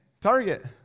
Target